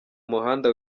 muhanda